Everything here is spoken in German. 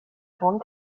schon